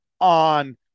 on